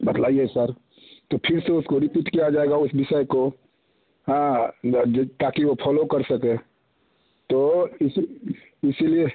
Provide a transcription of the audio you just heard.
बतलाइए sir तो फिर से उसको रिपीट किया जाएगा उस विषय को हाँ जो ताकि वो फॉलो कर सके तो इसी इसी लिए